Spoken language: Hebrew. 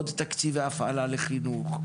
עוד תקציבי הפעלה לחינוך,